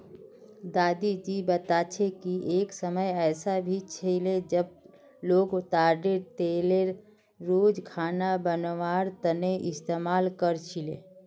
दादी जी बता छे कि एक समय ऐसा भी छिले जब लोग ताडेर तेलेर रोज खाना बनवार तने इस्तमाल कर छीले